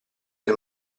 del